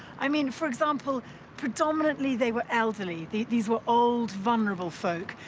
i mean, for example predominantly, they were elderly. these these were old, vulnerable folk.